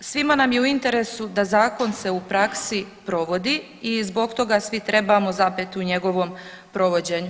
Svima nam je u interesu da zakon se u praksi provodi i zbog toga svi trebamo zapet u njegovom provođenju.